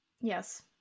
Yes